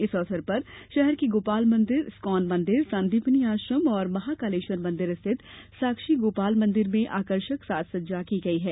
इस अवसर पर शहर के गोपाल मंदिर इस्कॉन मंदिर सांदीपनि आश्रम और महाकालेश्वर मंदिर स्थित साक्षी गोपाल मंदिर में आकर्षक साज सज्जा की गई है